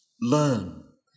learn